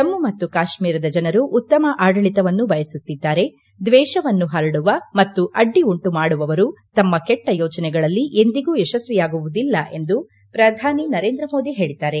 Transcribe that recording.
ಜಮ್ಮ ಮತ್ತು ಕಾಶ್ಮೀರ ಜನರು ಉತ್ತಮ ಆಡಳಿತವನ್ನು ಬಯಸುತ್ತಿದ್ದಾರೆ ದ್ವೇಷವನ್ನು ಹರಡುವ ಮತ್ತು ಅಡ್ಡಿ ಉಂಟು ಮಾಡುವವರು ತಮ್ನ ಕೆಟ್ಲ ಯೋಜನೆಗಳಲ್ಲಿ ಎಂದಿಗೂ ಯಶಸ್ವಿಯಾಗುವುದಿಲ್ಲ ಎಂದು ಶ್ರಧಾನಿ ನರೇಂದ್ರ ಮೋದಿ ಹೇಳಿದ್ದಾರೆ